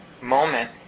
moment